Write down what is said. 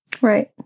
right